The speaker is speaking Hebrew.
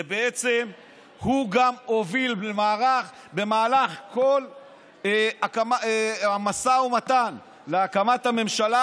ובעצם הוא גם הוביל במהלך כל המשא ומתן להקמת הממשלה.